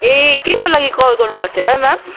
ए केको लागि कल गर्नुभएको थियो होला है म्याम